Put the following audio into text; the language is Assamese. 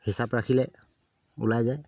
হিচাপ ৰাখিলে ওলাই যায়